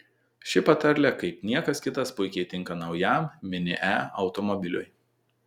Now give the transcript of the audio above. ši patarlė kaip niekas kitas puikiai tinka naujam mini e automobiliui